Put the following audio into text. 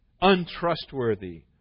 untrustworthy